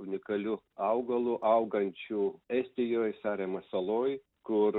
unikaliu augalu augančiu estijoj saremos saloj kur